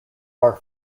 our